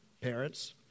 parents